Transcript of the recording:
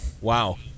Wow